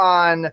on